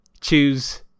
choose